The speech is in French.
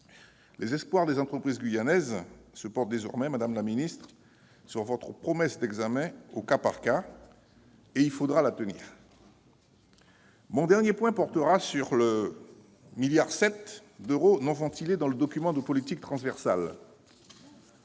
Les espoirs des entreprises guyanaises se portent désormais, madame la ministre, sur votre promesse d'examen au cas par cas, qu'il vous faudra tenir. Mon dernier point portera sur la somme de 1,7 milliard d'euros non ventilée dans le document de politique transversale.